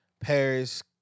Paris